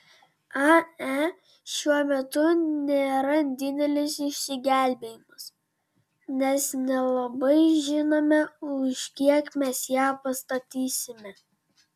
ae šiuo metu nėra didelis išsigelbėjimas nes nelabai žinome už kiek mes ją pastatysime